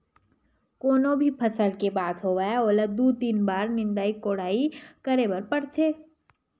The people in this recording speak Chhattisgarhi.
कोनो भी फसल के बात होवय ओला दू, तीन बार निंदई कोड़ई करे बर परथे